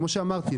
כמו שאמרתי,